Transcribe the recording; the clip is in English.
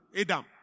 Adam